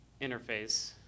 interface